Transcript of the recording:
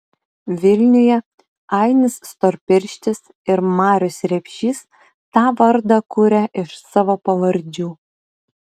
vilniuje ainis storpirštis ir marius repšys tą vardą kuria iš savo pavardžių